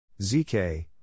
ZK